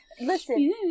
Listen